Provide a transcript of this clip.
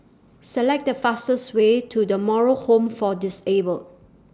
Select The fastest Way to The Moral Home For Disabled